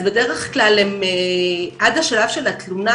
אז בדרך כלל הם עד השלב של התלונה,